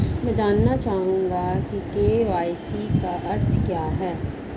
मैं जानना चाहूंगा कि के.वाई.सी का अर्थ क्या है?